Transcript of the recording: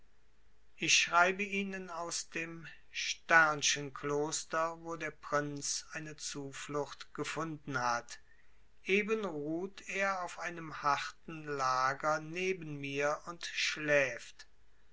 ich schreibe ihnen aus dem kloster wo der prinz eine zuflucht gefunden hat eben ruht er auf einem harten lager neben mir und schläft